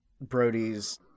Brody's